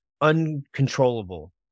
uncontrollable